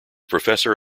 professor